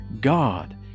God